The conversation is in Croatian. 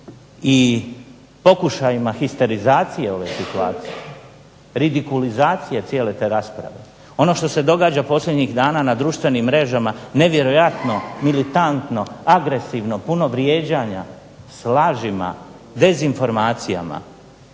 i pokušajima histerizacije ove situacije, ridikulizacije cijele te rasprave. Ono što se događa posljednjih dana na društvenim mrežama nevjerojatno militantno, agresivno, puno vrijeđanja s lažima, dezinformacijama